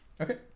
Okay